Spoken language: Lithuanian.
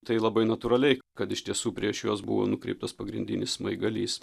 tai labai natūraliai kad iš tiesų prieš juos buvo nukreiptas pagrindinis smaigalys